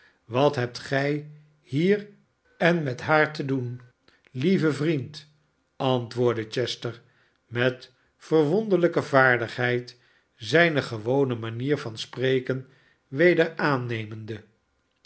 wat hebt gij hier en met haar te doen lieve vriend antwoordde chester met verwonderlijke vaardigheid zijne gewone manier van spreken weder aannemende